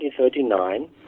1939